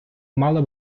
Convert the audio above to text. мала